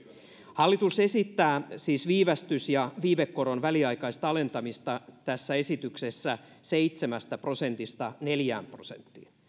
hallitus esittää siis viivästys ja viivekoron väliaikaista alentamista tässä esityksessä seitsemästä prosentista neljään prosenttiin